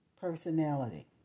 personality